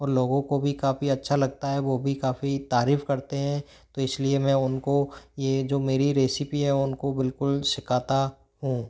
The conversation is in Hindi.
और लोगों को भी काफ़ी अच्छा लगता है वो भी काफ़ी तारीफ़ करते हैं तो इस लिए मैं उन को ये जो मेरी रेसिपी है उन को बिल्कुल सिखाता हूँ